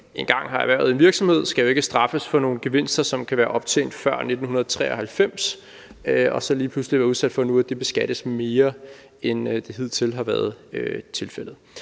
engang har erhvervet en virksomhed, skal jo ikke straffes for nogle gevinster, som kan være optjent før 1993, og så lige pludselig blive udsat for nu, at det beskattes mere, end det hidtil har været tilfældet.